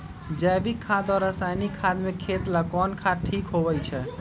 जैविक खाद और रासायनिक खाद में खेत ला कौन खाद ठीक होवैछे?